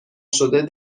شده